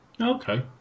Okay